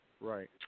Right